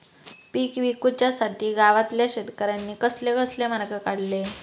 पीक विकुच्यासाठी गावातल्या शेतकऱ्यांनी कसले कसले मार्ग काढले?